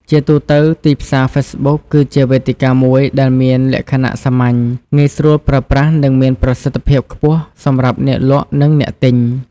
ជាទូទៅ ទីផ្សារហ្វេសប៊ុកគឺជាវេទិកាមួយដែលមានលក្ខណៈសាមញ្ញ ងាយស្រួលប្រើប្រាស់ និងមានប្រសិទ្ធភាពខ្ពស់សម្រាប់អ្នកលក់និងអ្នកទិញ។